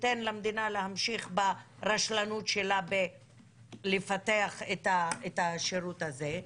תיתן למדינה להמשיך ברשלנות שלה בלפתח את השירות הזה,